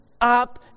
up